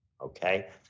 Okay